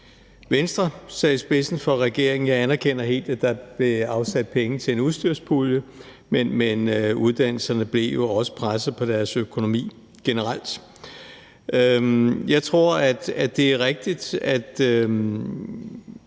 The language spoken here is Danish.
Venstre sad i spidsen for regeringen. Jeg anerkender fuldt ud, at der blev afsat penge til en udstyrspulje, men uddannelserne blev jo også generelt presset på deres økonomi. Jeg tror, at det er rigtigt, at